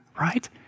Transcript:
right